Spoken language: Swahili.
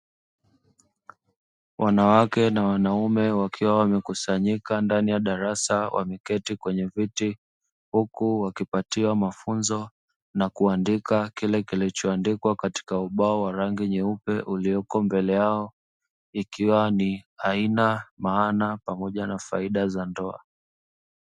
Wanawake na wanaume wakiwa wamekusanyika ndani ya darasa wameketi kwenye viti, huku wakipatiwa mafunzo na kuandika kile kilichoandikwa katika ubao wa rangi nyeupe uliyoko mbele yao ikiwa ni aina, maana pamoja na faida za ndoa.